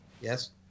Yes